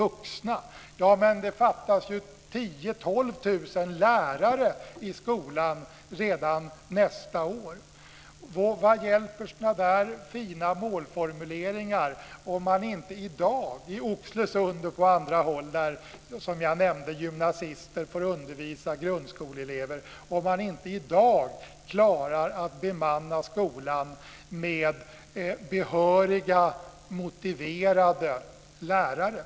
Men det fattas ju 10 000-12 000 lärare i skolan redan nästa år. Vad hjälper sådana där fina målformuleringar i Oxelösund och på andra håll där, som jag nämnde, gymnasister får undervisa grundskoleelever om man inte i dag klarar att bemanna skolan med behöriga motiverade lärare?